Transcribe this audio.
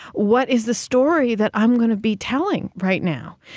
what is the story that i'm going to be telling right now?